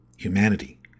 Humanity